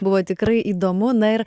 buvo tikrai įdomu na ir